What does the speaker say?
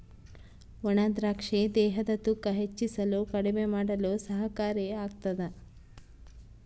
ಒಣ ದ್ರಾಕ್ಷಿ ದೇಹದ ತೂಕ ಹೆಚ್ಚಿಸಲು ಕಡಿಮೆ ಮಾಡಲು ಸಹಕಾರಿ ಆಗ್ತಾದ